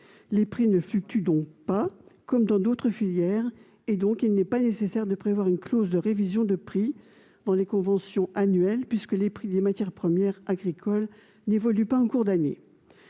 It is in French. Les prix ne fluctuent donc pas comme dans d'autres filières et il n'est pas nécessaire de prévoir une clause de révision de prix en aval dans les conventions annuelles, puisque les prix des matières premières agricoles n'évoluent pas en cours d'année.